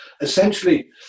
essentially